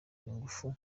ingufu